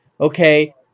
Okay